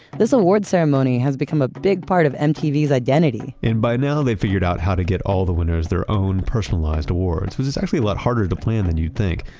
this award ceremony has become a big part of mtvs identity and by now they've figured out how to get all the winners their own personalized awards. because it's actually a lot harder to plan than you'd think,